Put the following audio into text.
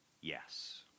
Yes